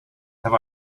have